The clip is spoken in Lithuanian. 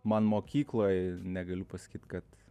man mokykloj negaliu pasakyt kad